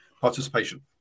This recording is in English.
participation